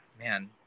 man